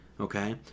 okay